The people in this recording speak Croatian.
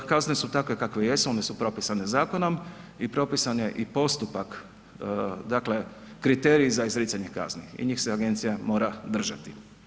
Kazne su takve kakve jesu, one su propisane zakonom i propisan je i postupak, dakle kriteriji za izricanje kazni i njih se agencija mora držati.